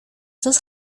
dos